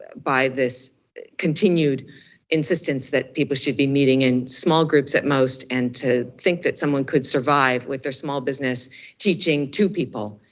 by this continued insistence that people should be meeting in small groups at most and to think that someone could survive with their small business teaching two people,